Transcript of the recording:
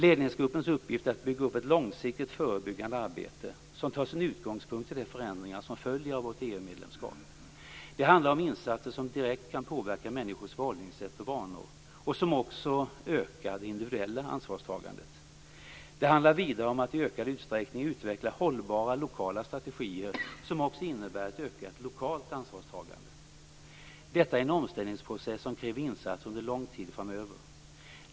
Ledningsgruppens uppgift är att bygga upp ett långsiktigt förebyggande arbete, som tar sin utgångspunkt i de förändringar som följer av vårt EU-medlemskap. Det handlar om insatser som direkt kan påverka människors förhållningssätt och vanor och som också ökar det individuella ansvarstagandet. Det handlar vidare om att i ökad utsträckning utveckla hållbara lokala strategier som också innebär ett ökat lokalt ansvarstagande. Detta är en omställningsprocess som kräver insatser under lång tid framöver.